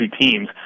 teams